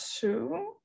two